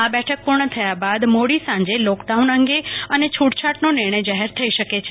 આ બેઠક પૂર્ણ થયા બાદ મોડી સાંજે લોકડાઉન અને છૂટછાટનો નિર્ણય જાહેર થઇ શકે છે